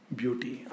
beauty